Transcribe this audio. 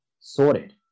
sorted